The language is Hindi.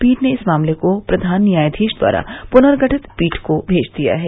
पीठ ने इस मामले को प्रधान न्यायाधीश द्वारा पुनर्गठित पीठ को भेज दिया है